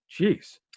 Jeez